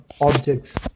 objects